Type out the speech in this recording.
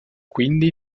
quindi